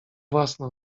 własne